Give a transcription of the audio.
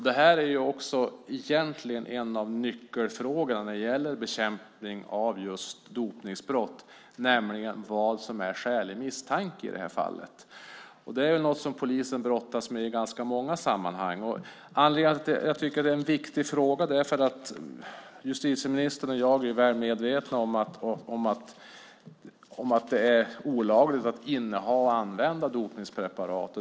Detta är en av nyckelfrågorna när det gäller bekämpning av just dopningsbrott: Vad är skälig misstanke? Det är något som polisen brottas med i ganska många sammanhang. Anledningen till att jag tycker att detta är en viktig fråga är att justitieministern och jag är väl medvetna om att det är olagligt att inneha och använda dopningspreparat.